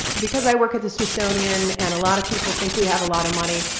because i work at the smithsonian and a lot of people think we have a lot of money,